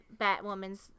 Batwoman's